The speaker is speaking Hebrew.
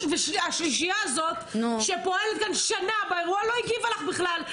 והשלישייה הזאת שפועלת כאן שנה באירוע לא הגיבה לך בכלל.